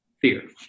fear